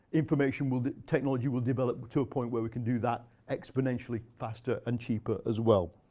information will technology will develop to a point where we can do that exponentially faster and cheaper as well.